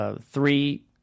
three